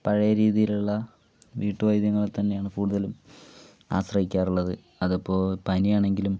പഴയ രീതിലൊള്ള വീട്ടുവൈദ്യങ്ങളെ തന്നെയാണ് കൂടുതലും ആശ്രയിക്കാറുള്ളത് അതിപ്പോൾ പനിയാണെങ്കിലും